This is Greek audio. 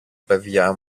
παιδιά